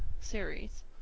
series